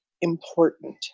important